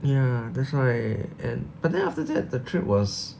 ya that's why and but then after that the trip was